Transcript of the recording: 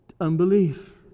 unbelief